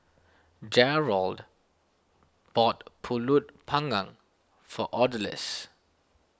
Jerrold bought Pulut Panggang for Odalis